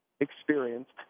experienced